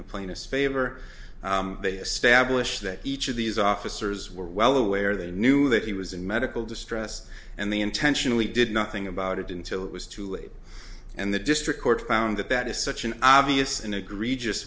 the plaintiff's favor they establish that each of these officers were well aware they knew that he was in medical distress and they intentionally did nothing about it until it was too late and the district court found that that is such an obvious and agree just